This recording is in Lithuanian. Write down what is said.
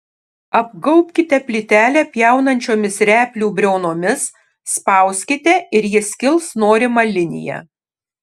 apgaubkite plytelę pjaunančiomis replių briaunomis spauskite ir ji skils norima linija